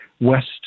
West